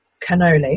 cannoli